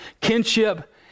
kinship